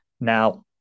Now